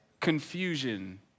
confusion